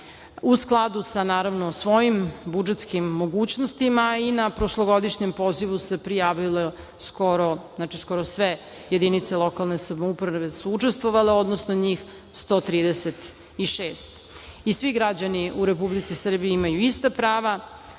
u skladu sa svojim budžetskim mogućnostima. Na prošlogodišnjem pozivu su se prijavile skoro sve jedinice lokalne samouprave koje učestvovale, odnosno njih 136. Svi građani u Republici Srbiji imaju ista prava